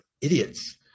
Idiots